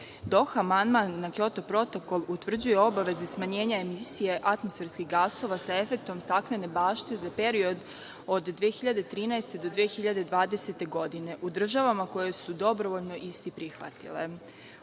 Doha amandman na Kjoto protokol utvrđuje obaveze smanjenja emisije atmosferskih gasova sa efektom staklene bašte za period od 2013. do 2020. godine u državama koje su dobrovoljno isti prihvatile. Okvirna